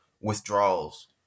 withdrawals